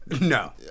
No